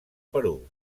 perú